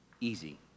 easy